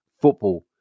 football